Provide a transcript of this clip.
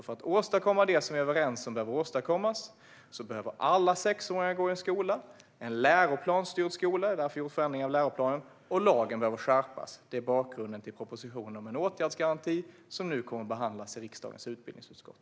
För att åstadkomma det som vi är överens om behöver alla sexåringar gå i en läroplansstyrd skola - det är därför som vi har gjort förändringar i läroplanen - och lagen behöver skärpas. Det är bakgrunden till propositionen om en åtgärdsgaranti som nu kommer att behandlas i riksdagens utbildningsutskott.